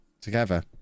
together